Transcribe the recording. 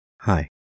Hi